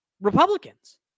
Republicans